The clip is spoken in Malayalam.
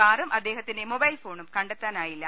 കാറും അദ്ദേഹത്തിന്റെ മൊബൈൽ ഫോണും കണ്ടെത്താനായില്ല